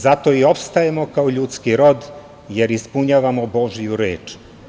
Zato i opstajemo kao ljudski rod, jer ispunjavamo Božiju reč.